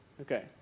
Okay